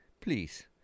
Please